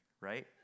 right